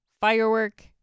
Firework